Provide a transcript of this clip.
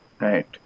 Right